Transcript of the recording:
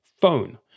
phone